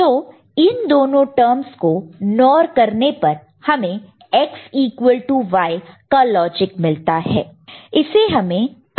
तो इन दोनों टर्मस को NOR करने पर हमें X ईक्वल टू Y का लॉजिक मिलता है